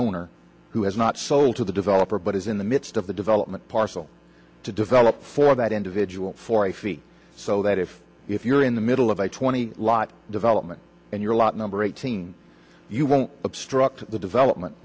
owner who has not sold to the developer but is in the midst of the development parcel to develop for that individual for a fee so that if if you're in the middle of a twenty lot development and you're a lot number eighteen you won't obstruct the development